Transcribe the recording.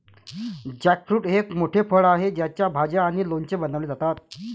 jackfruit हे एक मोठे फळ आहे ज्याच्या भाज्या आणि लोणचे बनवले जातात